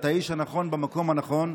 אתה האיש הנכון במקום הנכון.